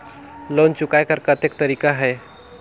Loan चुकाय कर कतेक तरीका है?